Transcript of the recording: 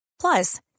Plus